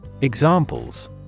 Examples